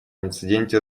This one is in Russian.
инциденте